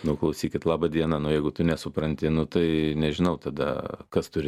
nu klausykit labą dieną nuo jeigu tu nesupranti tai nežinau tada kas turi